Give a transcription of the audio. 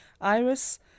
Iris